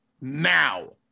now